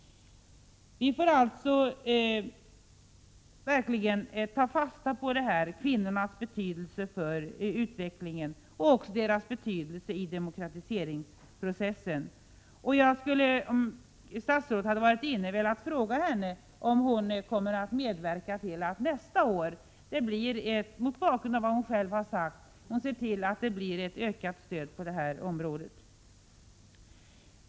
Vi får alltså verkligen ta fasta på kvinnornas betydelse för utvecklingen och deras betydelse i demokratiseringsprocessen. Om statsrådet hade varit närvarande i kammaren, hade jag velat fråga om hon — mot bakgrund av vad hon själv har sagt — till nästa år kommer att se till att detta område kommer att få ett ökat stöd.